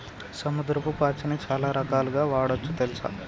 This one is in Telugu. సముద్రపు పాచిని చాలా రకాలుగ వాడొచ్చు తెల్సా